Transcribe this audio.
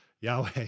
Yahweh